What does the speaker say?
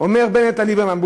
אומר בנט על ליברמן,